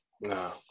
no